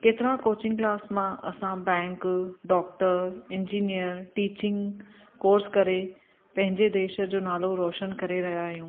केतिरा coaching class मां असां bank doctor engineer teaching course करे पंहिंजे देश जो नालो रोशन करे रहिया आहियूं